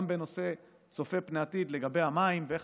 גם בנושא צופה פני עתיד לגבי המים ואיך